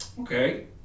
Okay